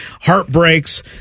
heartbreaks